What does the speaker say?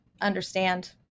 understand